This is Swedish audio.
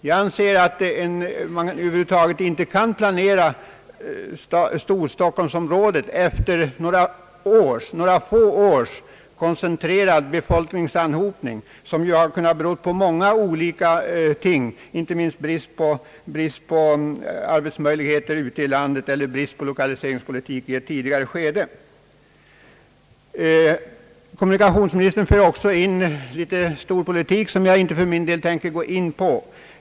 Jag anser att man över huvud taget inte kan planera storstockholmsområdet framöver efter en trend av några få års koncentrerad befolkningsanhopning, som ju kunnat bero på många olika förhållanden, inte minst brist på arbetsmöjligheter ute i landet och brist på lokaliseringspolitik i ett tidigare skede. Kommunikationsministern tar också upp litet storpolitik, som jag inte tänker gå in på.